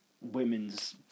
women's